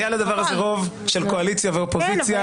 היה לדבר הזה רוב של קואליציה ואופוזיציה,